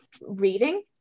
reading